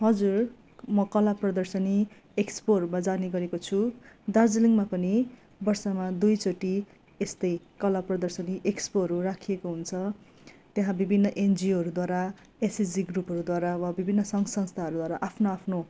हजुर म कला प्रदर्शनी एक्सपोहरूमा जाने गरेको छु दार्जिलिङमा पनि वर्षमा दुई चोटि यस्तै कला प्रदर्शनी एक्सपोहरू राखिएको हुन्छ त्यहाँ विभिन्न एनजिओहरूद्वारा एसएचजी ग्रुपहरूद्वारा वा विभिन्न सङ्घ संस्थाहरूद्वारा आफ्नो आफ्नो